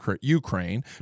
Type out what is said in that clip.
Ukraine